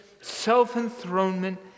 self-enthronement